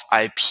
IP